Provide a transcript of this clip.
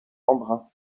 embrun